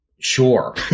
Sure